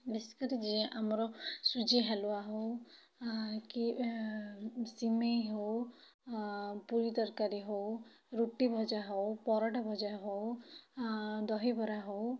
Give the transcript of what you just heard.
biscuit ଯିଏ ଆମର ସୁଜି ହାଲୁଆ ହେଉ କି ସିମେଇ ହେଉ ପୁରୀ ତରକାରୀ ହେଉ ରୁଟି ଭଜା ହେଉ ପରଟା ଭଜା ହେଉ ଦହିବରା ହେଉ